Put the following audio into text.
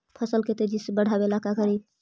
फसल के तेजी से बढ़ाबे ला का करि?